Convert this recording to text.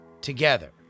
together